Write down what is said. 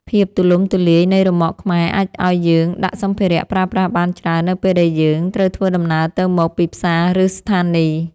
ភាពទូលំទូលាយនៃរ៉ឺម៉កខ្មែរអាចឱ្យយើងដាក់សម្ភារៈប្រើប្រាស់បានច្រើននៅពេលដែលយើងត្រូវធ្វើដំណើរទៅមកពីផ្សារឬស្ថានីយ។